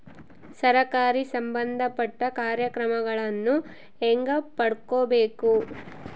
ಸರಕಾರಿ ಸಂಬಂಧಪಟ್ಟ ಕಾರ್ಯಕ್ರಮಗಳನ್ನು ಹೆಂಗ ಪಡ್ಕೊಬೇಕು?